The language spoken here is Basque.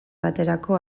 baterako